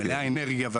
מלאה אנרגיה.